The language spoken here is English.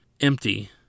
empty